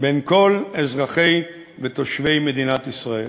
בין כל אזרחי ותושבי מדינת ישראל.